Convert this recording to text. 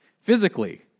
physically